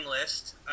list